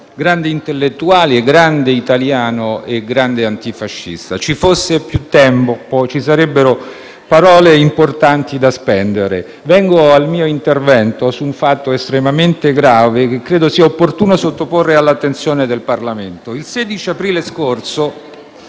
grande intellettuale, un grande italiano e un grande antifascista. Ci fosse più tempo, ci sarebbero parole importanti da spendere. Passo ora al mio intervento su un fatto estremamente grave, che credo sia opportuno sottoporre all'attenzione del Parlamento. Il 16 aprile scorso